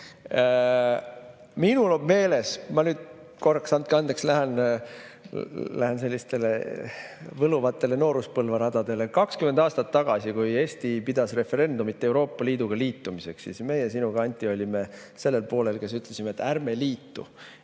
Minul on meeles … Ma nüüd korraks lähen – andke andeks! – sellistele võluvatele nooruspõlve radadele 20 aastat tagasi, kui Eesti pidas referendumit Euroopa Liiduga liitumiseks. Meie sinuga, Anti, olime sellel poolel, kes ütlesid, et ärme liitume.